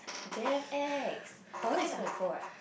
damn ex thousands is to go and fro right